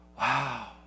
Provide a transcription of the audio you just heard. wow